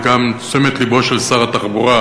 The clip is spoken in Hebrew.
וגם את תשומת לבו של שר התחבורה,